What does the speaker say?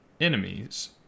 enemies